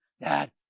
Dad